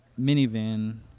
minivan